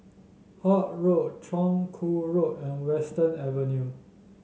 Holt Road Chong Kuo Road and Western Avenue